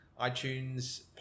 iTunes